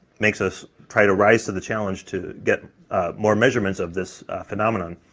makes us try to rise to the challenge to get more measurements of this phenomenon.